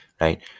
right